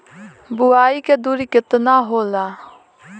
बुआई के दुरी केतना होला?